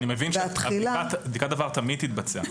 והתחילה --- אני מבין שבדיקת עבר תמיד תתבצע.